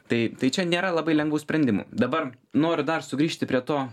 tai tai čia nėra labai lengvų sprendimų dabar noriu dar sugrįžti prie to